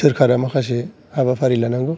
सोरकारा माखासे हाबाफारि लानांगौ